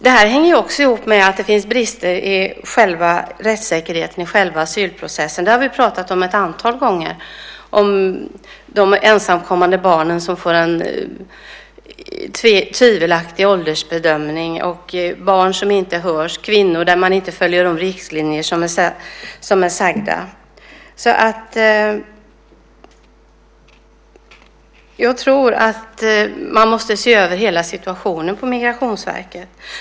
Det här hänger också ihop med att det finns brister i själva rättssäkerheten, i själva asylprocessen. Vi har ett antal gånger pratat om de ensamkommande barnen som får en tvivelaktig åldersbedömning, barn som inte hörs och kvinnor där man inte följer de riktlinjer som är givna. Jag tror att man måste se över hela situationen på Migrationsverket.